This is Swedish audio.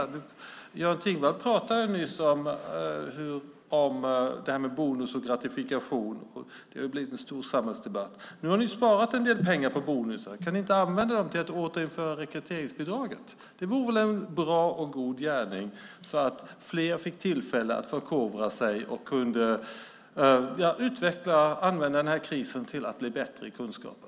Göran Thingwall pratade nyss om det här med bonus och gratifikationer. Det har blivit en stor samhällsdebatt. Nu har ni sparat en del pengar på bonusar. Kan ni inte använda dem till att återinföra rekryteringsbidraget? Det vore väl en bra och god gärning, så att fler fick tillfälle att förkovra sig och kunde utveckla sig och använda den här krisen till att få bättre kunskaper?